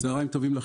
צהרים טובים.